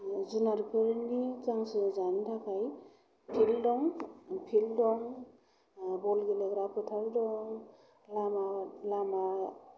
जुनारफोरनि गांसो जानो थाखाय फिल्ड दं बल गेलेग्रा फोथार दं लामा